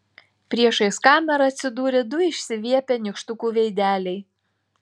priešais kamerą atsidūrė du išsiviepę nykštukų veideliai